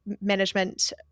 management